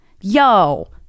yo